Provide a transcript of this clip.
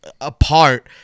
apart